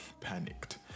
panicked